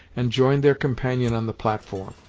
and joined their companion on the platform.